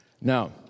Now